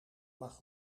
mag